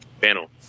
panel